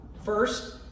first